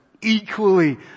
Equally